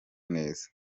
neza